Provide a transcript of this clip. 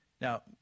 Now